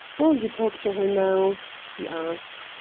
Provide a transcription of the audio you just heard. will you talk to her now? he asked.